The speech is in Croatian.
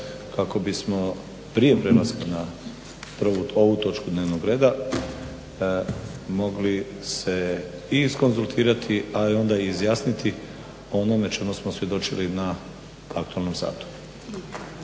kako bismo prije prelaska na ovu točku dnevnog reda mogli se i iskonzultirati a i onda i izjasniti o onome o čemu smo svjedočili na aktivnom satu.